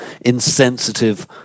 Insensitive